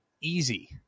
easy